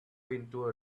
into